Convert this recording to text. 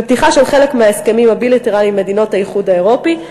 ופתיחה של חלק מההסכמים הבילטרליים עם מדינות האיחוד האירופי,